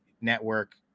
network